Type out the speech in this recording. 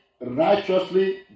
righteously